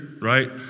right